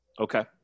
Okay